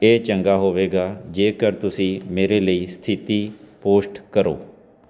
ਇਹ ਚੰਗਾ ਹੋਵੇਗਾ ਜੇਕਰ ਤੁਸੀਂ ਮੇਰੇ ਲਈ ਸਥਿਤੀ ਪੋਸਟ ਕਰੋ